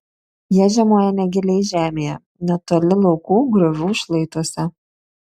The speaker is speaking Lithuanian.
jie žiemoja negiliai žemėje netoli laukų griovių šlaituose